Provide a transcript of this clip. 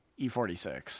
E46